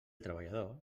treballador